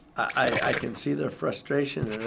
i can see their frustration.